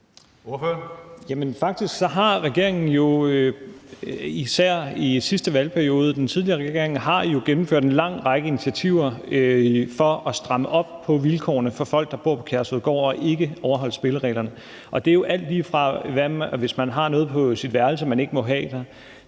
faktisk har regeringen, især i sidste valgperiode, altså den tidligere regering, gennemført en lang række initiativer for at stramme op på vilkårene for folk, der bor på Kærshovedgård og ikke overholder spillereglerne. Det er jo alt, lige fra hvis man har noget på sit værelse, man ikke må have,